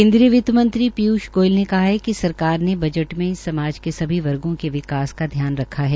केन्द्रीय वित्तमंत्री पीयूष गोयल ने कहा है कि सरकार ने बजट में समाज के सभी वर्गो का विकास का ध्यान रखा है